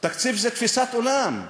תקציב זה תפיסת עולם.